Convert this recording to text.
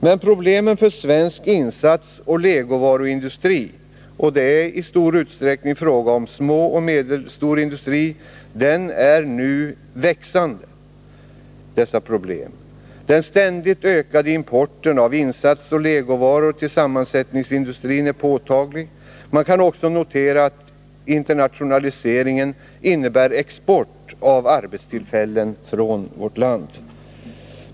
Men problemen för svensk insatsoch legovaruindustri — det är i stor utsträckning inom småindustri och medelstor industri som de problemen förekommer — är nu växande. Den ständigt ökade importen av insatsoch legovaror till sammansättningsindustrin är påtaglig. Man kan också notera att internationaliseringen innebär export av arbetstillfällen från vårt land.